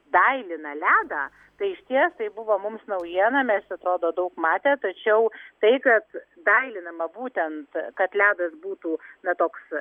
dailina ledą tai išties tai buvo mums naujiena mes atrodo daug matę tačiau tai kad dailinama būtent kad ledas būtų na toks